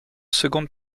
seconde